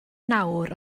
nawr